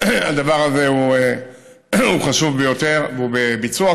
הדבר הזה הוא חשוב ביותר והוא בביצוע,